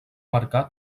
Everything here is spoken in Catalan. marcar